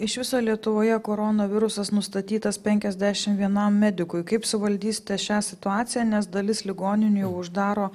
iš viso lietuvoje koronavirusas nustatytas penkiasdešim vienam medikui kaip suvaldysite šią situaciją nes dalis ligoninių jau uždaro